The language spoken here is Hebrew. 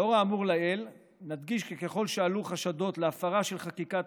לאור האמור לעיל נדגיש כי ככל שעולים חשדות להפרה של חקיקת